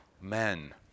men